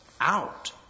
out